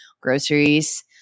groceries